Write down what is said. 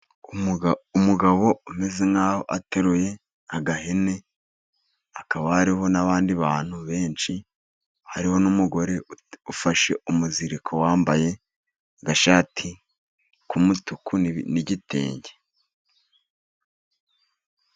Umugabo umeze nkaho ateruye agahene, hakaba hariho n'abandi bantu benshi, hariho n'umugore ufashe umuziriko, wambaye agashati k'umutuku n'igitenge.